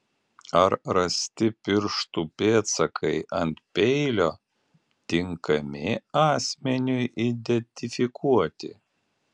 ar rasti pirštų pėdsakai ant peilio tinkami asmeniui identifikuoti